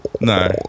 No